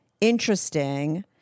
interesting